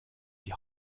die